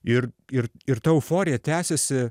ir ir ir ta euforija tęsėsi